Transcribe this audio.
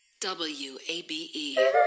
WABE